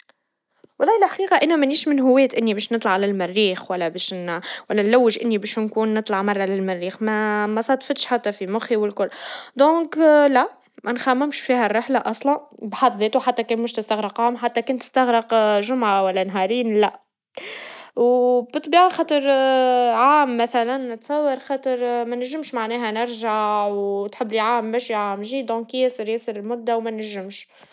والله الحقيقا إني مانيش من هواة إنا باش نطلع للمريخ, ولا باش إن- ولا نلوش إني باش نكون نطلع مرا للمريخ, ما مصادفتش حتى في مخي والكل, لذاً لا, منخممش في هالرحلة أصلاً بحد ذاته, حتى كان باش تستغرق عام, حتى كان تستغرق جمعا ولا نهارين, لا, وبطبيعا خاطر عام مثلاً, نتصور خاطر مننجمش معناها نرجع وتحب العام مشا مجي لذاً ياسر ياسر مدة ومننجمش.